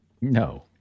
No